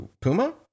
puma